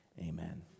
Amen